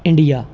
India